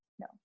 No